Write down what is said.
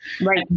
Right